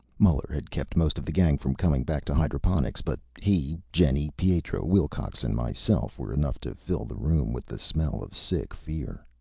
muller had kept most of the gang from coming back to hydroponics, but he, jenny, pietro, wilcox and myself were enough to fill the room with the smell of sick fear.